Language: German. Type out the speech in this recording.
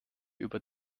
über